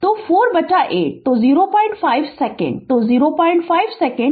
तो 4 बटा 8 तो 05 सेकंड तो 05 सेकंड